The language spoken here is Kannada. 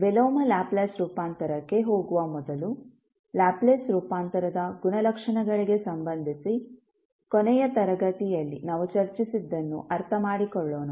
ವಿಲೋಮ ಲ್ಯಾಪ್ಲೇಸ್ ರೂಪಾಂತರಕ್ಕೆ ಹೋಗುವ ಮೊದಲು ಲ್ಯಾಪ್ಲೇಸ್ ರೂಪಾಂತರದ ಗುಣಲಕ್ಷಣಗಳಿಗೆ ಸಂಬಂಧಿಸಿ ಕೊನೆಯ ತರಗತಿಯಲ್ಲಿ ನಾವು ಚರ್ಚಿಸಿದ್ದನ್ನು ಅರ್ಥಮಾಡಿಕೊಳ್ಳೋಣ